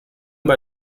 bei